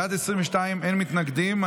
בעד, 22, אין מתנגדים.